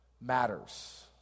matters